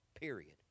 period